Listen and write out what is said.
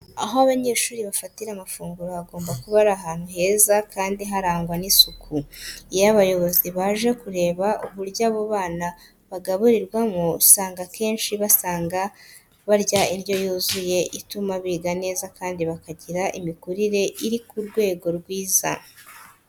Aho abanyeshuri bafatira amafunguro hagomba kuba ari ahantu heza kandi harangwa n'isuku. Iyo abayobozi baje kureba uburyo abo bana bagaburirwamo usanga akenshi basanga barya indyo yuzuye ituma biga neza kandi bakagira imikurire uri ku rwego rwiza.